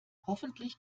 hoffentlich